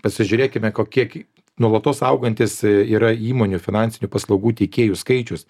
pasižiūrėkime kokie gi nuolatos augantys yra įmonių finansinių paslaugų teikėjų skaičius